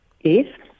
Yes